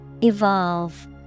Evolve